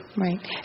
Right